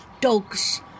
dogs